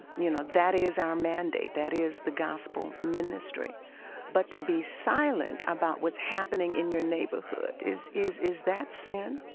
you know, that is our mandate. that is the gospel ministry but to be silent about what's happening in your neighborhood, is is that sin?